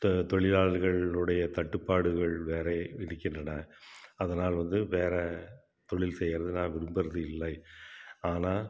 தொழிலாளர்களினுடைய தட்டுப்பாடுகள் வேற இருக்கின்றன அதனால் வந்து வேற தொழில் செய்கிறத நான் விரும்புகிறது இல்லை ஆனால்